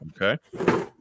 Okay